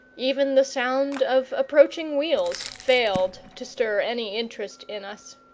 even the sound of approaching wheels failed to stir any interest in us.